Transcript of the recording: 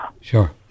sure